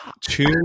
two